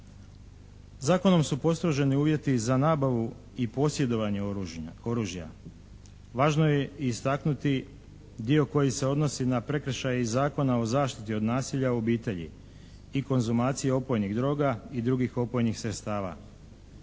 Zakonom su postroženi uvjeti za nabavu i posjedovanje oružja. Važno je istaknuti dio koji se odnosi na prekršaje iz Zakona o zaštiti od nasilja u obitelji i konzumacije opojnih droga i drugih opojnih sredstava.